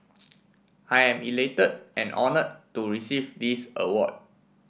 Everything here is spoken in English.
I am elated and honoured to receive this award